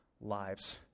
lives